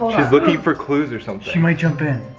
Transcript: she's looking for clues or something. she might jump in.